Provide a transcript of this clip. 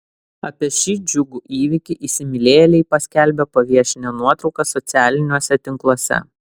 apie šį džiugų įvykį įsimylėjėliai paskelbė paviešinę nuotraukas socialiniuose tinkluose